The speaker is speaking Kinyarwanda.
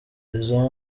izo